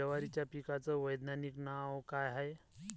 जवारीच्या पिकाचं वैधानिक नाव का हाये?